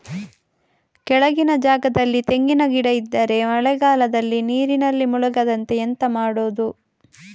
ಕೆಳಗಿನ ಜಾಗದಲ್ಲಿ ತೆಂಗಿನ ಗಿಡ ಇದ್ದರೆ ಮಳೆಗಾಲದಲ್ಲಿ ನೀರಿನಲ್ಲಿ ಮುಳುಗದಂತೆ ಎಂತ ಮಾಡೋದು?